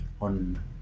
on